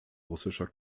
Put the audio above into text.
russischer